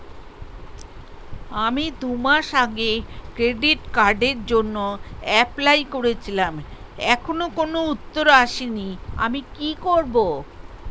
আমি দুমাস আগে ক্রেডিট কার্ডের জন্যে এপ্লাই করেছিলাম এখনো কোনো উত্তর আসেনি আমি কি করব?